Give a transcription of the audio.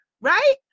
right